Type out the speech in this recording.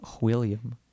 William